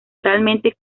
oralmente